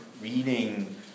reading